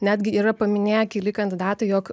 netgi yra paminėję keli kandidatai jog